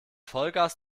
vollgas